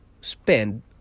spend